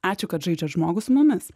ačiū kad žaidžiat žmogų su mumis